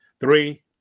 Three